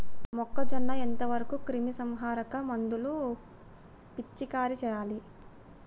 మొక్కజొన్న ఎంత వరకు క్రిమిసంహారక మందులు పిచికారీ చేయాలి?